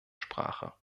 sprache